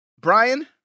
Brian